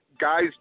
guys